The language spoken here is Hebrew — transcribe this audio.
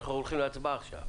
אנחנו הולכים עכשיו להצבעה.